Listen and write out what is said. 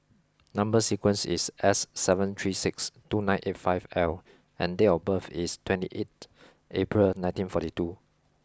number sequence is S seven three six two nine eight five L and date of birth is twenty eighth April nineteen forty two